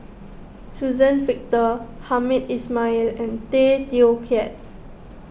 Suzann Victor Hamed Ismail and Tay Teow Kiat